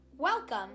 Welcome